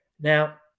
Now